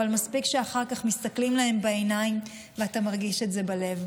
אבל מספיק שאחר כך מסתכלים להם בעיניים ואתה מרגיש את זה בלב.